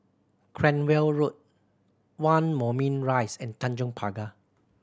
Cranwell Road One Moulmein Rise and Tanjong Pagar